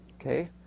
Okay